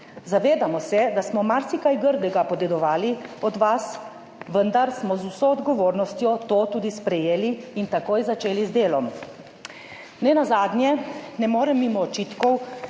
Zavedamo se, da smo marsikaj grdega podedovali od vas, vendar smo z vso odgovornostjo to tudi sprejeli in takoj začeli z delom. Nenazadnje ne morem mimo očitkov